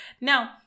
Now